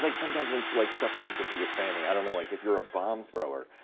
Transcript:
like sometimes when like stuff comes up with your family, i don't know like if you're a bomb thrower,